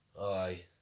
aye